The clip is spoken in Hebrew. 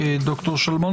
ד"ר שלמון,